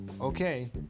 okay